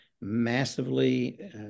massively